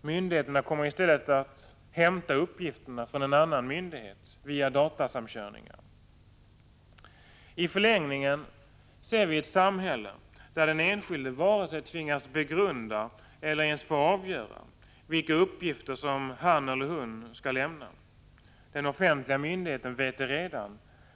Myndigheten kommer i stället att hämta uppgifterna från någon annan myndighet via datasamkörningar. I förlängningen ser vi ett samhälle där den enskilde varken tvingas begrunda eller ens får avgöra vilka uppgifter som han eller hon skall lämna. Den offentliga myndigheten vet redan.